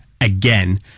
again